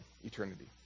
eternity